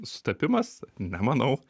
sutapimas nemanau